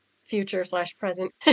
future-slash-present